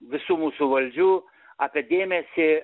visų mūsų valdžių apie dėmesį